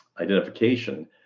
identification